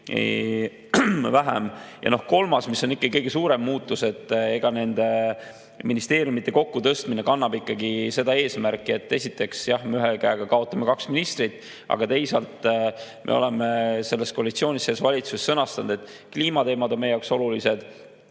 Ja kolmas, mis on kõige suurem muutus: nende ministeeriumide kokkutõstmine kannab ikkagi seda eesmärki, et esiteks me ühe käega kaotame kaks ministrit, aga teisalt me oleme selles koalitsioonis, selles valitsuses sõnastanud, et kliimateemad on meie jaoks olulised